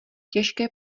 těžké